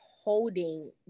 holding